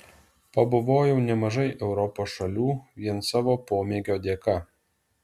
pabuvojau nemažai europos šalių vien savo pomėgio dėka